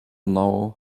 know